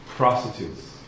prostitutes